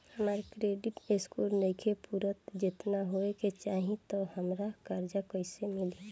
हमार credit score नईखे पूरत जेतना होए के चाही त हमरा कर्जा कैसे मिली?